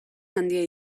handia